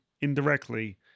indirectly